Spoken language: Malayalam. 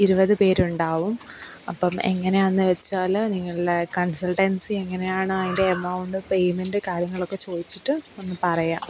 ഇരുപത് പേരുണ്ടാവും അപ്പം എങ്ങനെ ആണെന്ന് വെച്ചാല് നിങ്ങളുടെ കൺസൾട്ടൻസി എങ്ങനെയാണ് അതിൻ്റെ എമൗണ്ട് പേയ്മെൻറ്റ് കാര്യങ്ങളൊക്കെ ചോദിച്ചിട്ട് ഒന്ന് പറയുക